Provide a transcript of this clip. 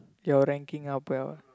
your ranking up your